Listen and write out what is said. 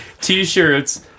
t-shirts